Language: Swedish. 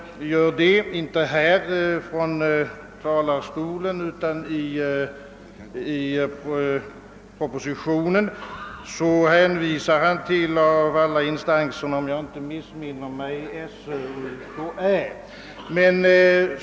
Inte från denna talarstol, men i propositionen hänvisar han bland andra remissinstanser, om jag inte minns fel, till skolöverstyrelsen och universitetskanslersämbetet.